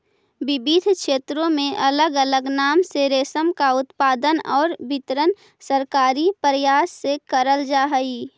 विविध क्षेत्रों में अलग अलग नाम से रेशम का उत्पादन और वितरण सरकारी प्रयास से करल जा हई